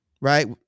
right